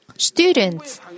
Students